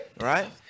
Right